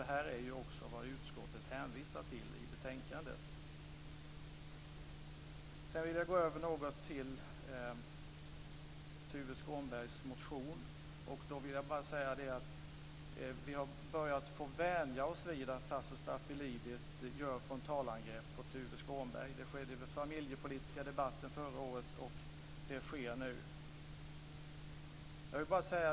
Det är också vad utskottet hänvisar till i betänkandet. Sedan vill jag gå över till Tuve Skånbergs motion. Vi har börjat få vänja oss vid att Tasso Stafilidis gör frontalangrepp på Tuve Skånberg. Det skedde vid den familjepolitiska debatten förra året, och det sker nu.